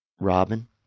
Robin